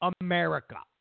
America